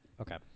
okay